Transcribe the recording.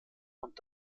und